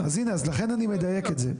אז הנה, אז לכן אני מדייק את זה.